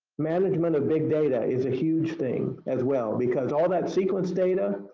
management of big data is a huge thing as well, because all that sequence data,